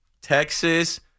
Texas